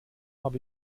habe